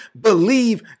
believe